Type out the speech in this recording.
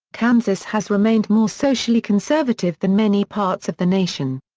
kansas has remained more socially conservative than many parts of the nation.